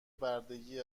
بردگی